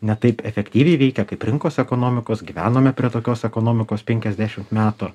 ne taip efektyviai veikia kaip rinkos ekonomikos gyvenome prie tokios ekonomikos penkiasdešimt metų